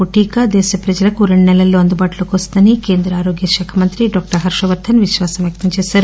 కరోనాకు టీకా దేశ ప్రజలకు రెండు నెలల్లో అందుబాటులోకి వస్తుందని కేంద్ర ఆరోగ్యశాఖ మంత్రి డాక్టర్ హర్షవర్దస్ విశ్వాసం వ్యక్తంచేశారు